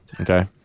Okay